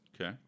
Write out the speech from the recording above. Okay